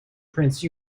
prince